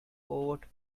oat